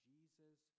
Jesus